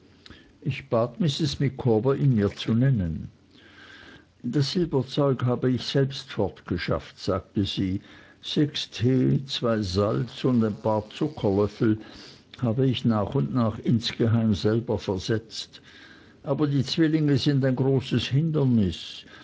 ich bat mrs micawber ihn mir zu nennen das silberzeug habe ich selbst fortgeschafft sagte sie sechs tee zwei salz und ein paar zuckerlöffel habe ich nach und nach insgeheim selber versetzt aber die zwillinge sind ein großes hindernis